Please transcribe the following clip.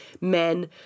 men